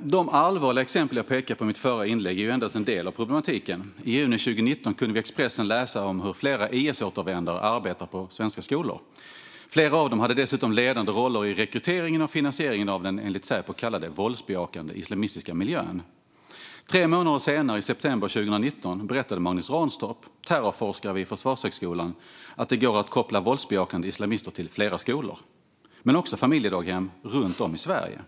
De allvarliga exempel jag pekade på i mitt förra inlägg är endast en del av problematiken. I juni 2019 kunde vi i Expressen läsa om hur flera IS-återvändare arbetar på svenska skolor. Flera av dem hade dessutom ledande roller i rekryteringen och finansieringen av det som Säpo kallar den våldsbejakande islamistiska miljön. Tre månader senare, i september 2019, berättade Magnus Ranstorp, terrorforskare vid Försvarshögskolan, att det går att koppla våldsbejakande islamister till flera skolor men också familjedaghem runt om i Sverige.